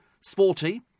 sporty